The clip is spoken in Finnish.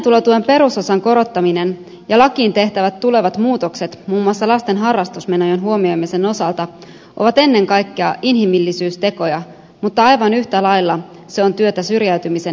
toimeentulotuen perusosan korottaminen ja lakiin tehtävät tulevat muutokset muun muassa lasten harrastusmenojen huomioimisen osalta ovat ennen kaikkea inhimillisyystekoja mutta aivan yhtä lailla se on työtä syrjäytymisen ehkäisemiseksi